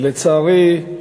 לצערי,